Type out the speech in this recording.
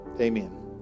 Amen